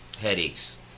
Headaches